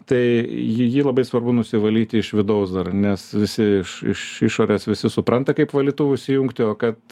tai jį jį labai svarbu nusivalyti iš vidaus dar nes visi iš iš išorės visi supranta kaip valytuvus įjungti o kad